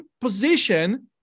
position